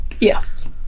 yes